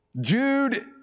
Jude